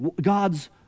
God's